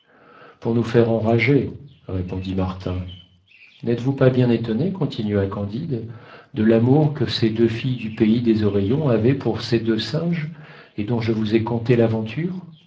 pour nous faire enrager répondit martin n'êtes-vous pas bien étonné continua candide de l'amour que ces deux filles du pays des oreillons avaient pour ces deux singes et dont je vous ai conté l'aventure